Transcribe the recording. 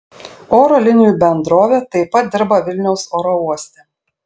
oro linijų bendrovė taip pat dirba vilniaus oro uoste